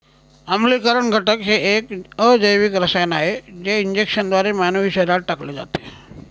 आम्लीकरण घटक हे एक अजैविक रसायन आहे जे इंजेक्शनद्वारे मानवी शरीरात टाकले जाते